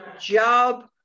job